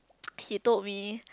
he told me